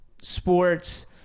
sports